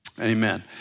amen